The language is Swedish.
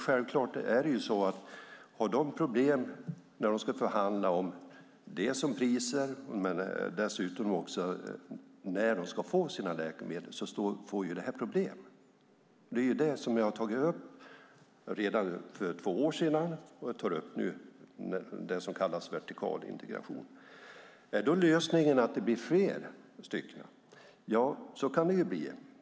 Självklart blir det problem om de har problem när de ska förhandla om priser och också när de ska få sina läkemedel. Det är det som jag tog upp redan för två år sedan och som jag tar upp nu, det som kallas vertikal integration. Är då lösningen att det blir fler? Ja, så kan det ju bli.